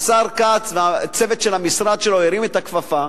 השר כץ, הצוות של המשרד שלו הרים את הכפפה,